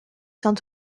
saint